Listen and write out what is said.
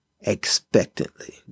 expectantly